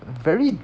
very